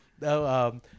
No